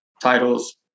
titles